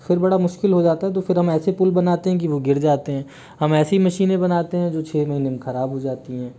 फिर बड़ा मुश्किल हो जाता है फिर हम ऐसे पुल बनाते है की वो गिर जाते है हम ऐसी मशीनें बनाते है जो छः महीने में खराब हो जाती हैं